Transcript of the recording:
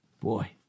boy